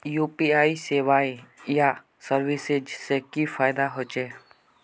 UPI सेवाएँ या services से की लाभ होचे?